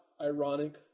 ironic